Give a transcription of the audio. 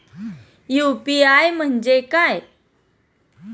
UPI म्हणजे काय?